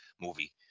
movie